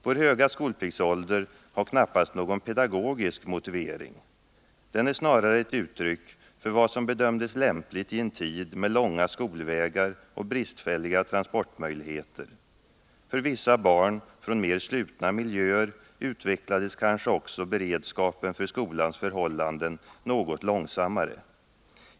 Vår höga skolpliktsålder har knappast någon pedagogisk motivering. Den är snarare ett uttryck för vad som bedömdes lämpligt i en tid med långa skolvägar och bristfälliga transportmöjligheter. För vissa barn från mer slutna miljöer utvecklades kanske också beredskapen för skolans förhållanden något långsammare.